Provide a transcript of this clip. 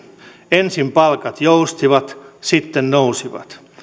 ensin palkat joustivat sitten nousivat